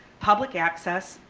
public access,